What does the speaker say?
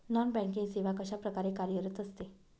Non banking सेवा कशाप्रकारे कार्यरत असते?